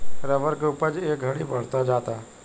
rubber के उपज ए घड़ी बढ़ते जाता